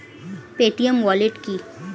Paytm wallet কি?